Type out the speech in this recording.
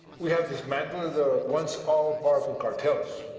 we have dismantled the once all-powerful cartels.